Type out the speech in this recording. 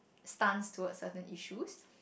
stuns towards certain issues